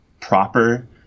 proper